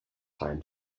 time